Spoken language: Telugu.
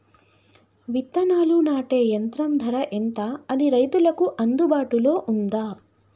విత్తనాలు నాటే యంత్రం ధర ఎంత అది రైతులకు అందుబాటులో ఉందా?